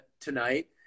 tonight